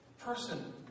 person